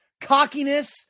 cockiness